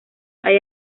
hay